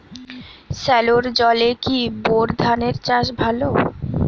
সেলোর জলে কি বোর ধানের চাষ ভালো?